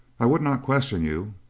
i would not question you